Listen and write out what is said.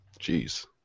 Jeez